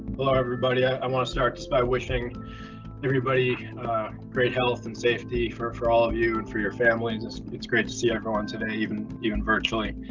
hello, everybody, i want to start just by wishing everybody great health and safety for for all of you and for your families. it's it's great to see everyone today even even virtually.